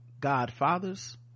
godfathers